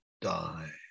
die